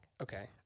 Okay